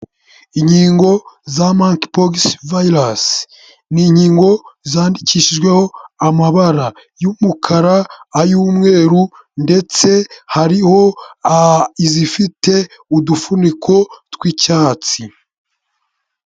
Inkingo za Monkey Pox virus, ni inkingo zandikishijweho amabara y'umukara, ay'umweru ndetse hariho izifite udufuniko tw'icyatsi.